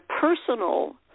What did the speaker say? personal